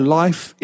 life